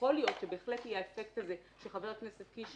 יכול להיות שבהחלט יהיה האפקט הזה שחבר הכנסת קיש